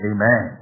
Amen